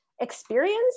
experience